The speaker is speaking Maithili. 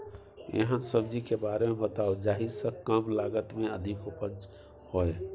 एहन सब्जी के बारे मे बताऊ जाहि सॅ कम लागत मे अधिक उपज होय?